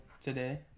today